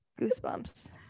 Goosebumps